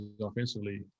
offensively